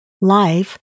life